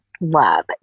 Love